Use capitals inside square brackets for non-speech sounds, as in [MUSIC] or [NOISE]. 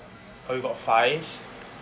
oh you got five so [NOISE]